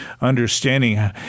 understanding